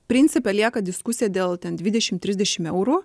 principe lieka diskusija dėl ten dvidešimt trisdešimt eurų